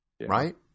right